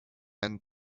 and